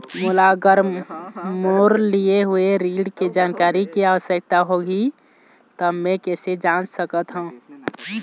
मोला अगर मोर लिए हुए ऋण के जानकारी के आवश्यकता होगी त मैं कैसे जांच सकत हव?